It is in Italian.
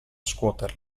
scuoter